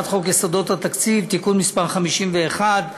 הצעת חוק יסודות התקציב (תיקון מס' 51),